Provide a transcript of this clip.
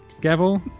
Gavel